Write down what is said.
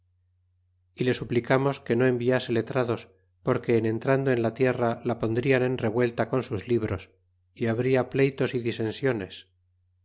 y le suplicanms que no enviase letrados porque en entrando en la tierra la pondrían en revuelta con sus libros é habria pleytos y disensiones